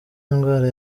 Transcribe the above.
indwara